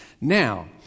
Now